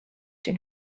den